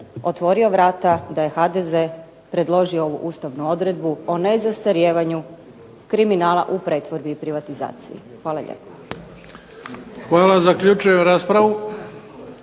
otvorio vrata i da je HDZ predložio ovu ustavnu odredbu o nezastarijevanju kriminala u pretvorbi i privatizaciji. Hvala lijepa. **Bebić, Luka